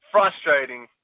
Frustrating